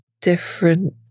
different